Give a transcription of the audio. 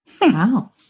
Wow